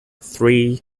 three